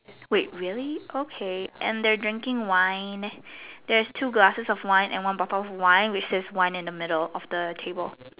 wait really okay and they're drinking wine there's two glasses of wine and one bottle of wine which says wine in the middle of the table